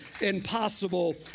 impossible